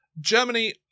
Germany